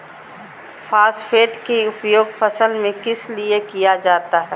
Phosphate की उपयोग फसल में किस लिए किया जाता है?